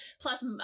plus